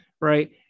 Right